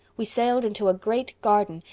we sailed into a great garden,